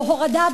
או הורדה,